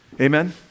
Amen